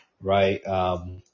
right